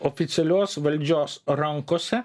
oficialios valdžios rankose